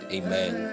amen